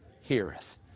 heareth